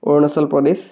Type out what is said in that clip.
Arunachal Pradesh